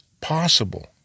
possible